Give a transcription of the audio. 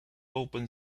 open